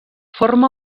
forma